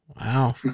Wow